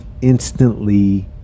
instantly